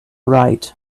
right